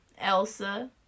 Elsa